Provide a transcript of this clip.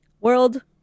World